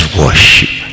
worship